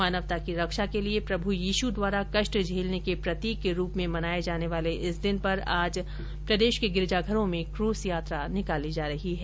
मानवता की रक्षा के लिए प्रभू यीशू द्वारा कष्ट झेलने के प्रतीक के रूप में मनाये जाने वाले इस दिन पर आज प्रदेश के गिरिजाघरों में कूस यात्रा निकाली जा रही है